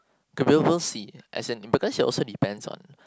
okay we'll we'll see as in because it also depends on